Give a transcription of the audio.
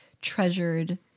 treasured